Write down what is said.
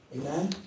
Amen